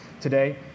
Today